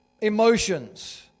emotions